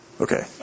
Okay